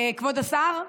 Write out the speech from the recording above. כבוד השר,